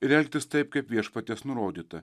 ir elgtis taip kaip viešpaties nurodyta